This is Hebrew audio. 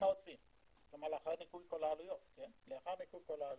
לאחר ניכוי כל העלויות,